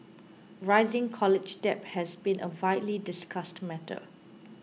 rising college debt has been a widely discussed matter